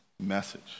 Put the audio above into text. message